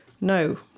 no